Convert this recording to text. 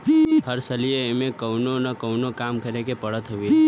हर सलिए एमे कवनो न कवनो काम करे के पड़त हवे